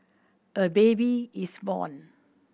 a baby is born